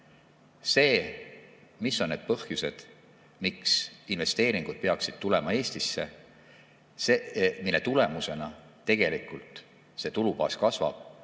mis on need põhjused, miks investeeringud peaksid tulema Eestisse, mis on see, mille tulemusena meil tegelikult tulubaas kasvab,